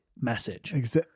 message